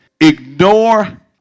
Ignore